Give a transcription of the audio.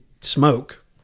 smoke